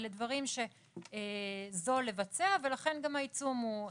אלה דברים שזול לבצע אותם ולכן גם העיצום הוא נמוך.